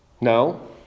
No